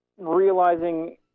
realizing